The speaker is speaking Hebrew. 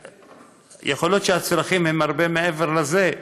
יכול להיות שהצרכים הם הרבה מעבר לזה,